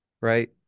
right